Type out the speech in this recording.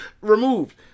removed